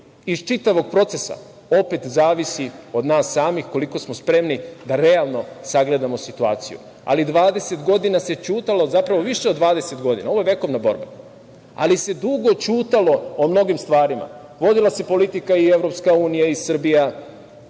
iz čitavog procesa, opet zavisi od nas samih koliko smo spremni da realno sagledamo situaciju, ali 20 godina se ćutalo, zapravo više od 20 godina. Ovo je vekovna borba, ali se dugo ćutalo o mnogim stvarima, vodila se politika i EU i Srbija,